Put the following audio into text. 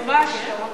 ממש לא,